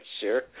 Sure